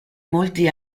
molti